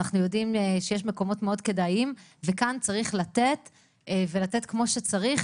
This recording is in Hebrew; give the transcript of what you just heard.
אנחנו יודעים שיש מקומות מאוד כדאיים וכאן צריך לתת ולתת כמו שצריך,